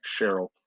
Cheryl